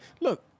Look